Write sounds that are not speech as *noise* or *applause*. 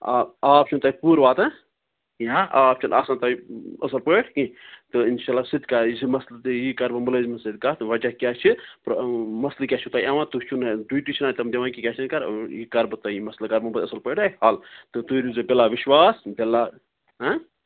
اَ آب چھُنہٕ تَتہِ پورٕ واتان یا آب چھُنہٕ آسان تَتہِ اَصٕل پٲٹھۍ کیٚنٛہہ تہٕ اِنشاء اللہ سُہ تہِ کہ یُس یہِ مسلہٕ تہٕ یی کَرٕ بہٕ مٕلٲزمن سۭتۍ کَتھ وجہ کیٛاہ چھُ *unintelligible* مسلہٕ کیٛاہ چھُ تۄہہِ یِوان تُہۍ چھُو مےٚ ڈیوٗٹی چھِنَہ تِم دِوان کیٚنٛہہ *unintelligible* یہِ کر بہٕ تۄہہِ یہِ مسلہٕ کرمو بہٕ اَصٕل پٲٹھِ حل تۄہہِ بِلا وِشواس بِلا ہہ